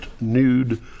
nude